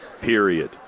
Period